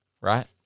Right